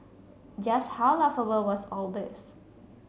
just how laughable was all this